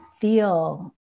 feel